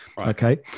okay